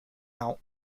out